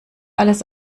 alles